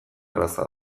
erraza